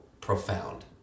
profound